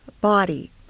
body